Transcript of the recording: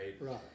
right